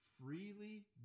freely